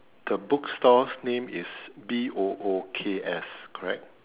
the bookstore's name is B O O K S correct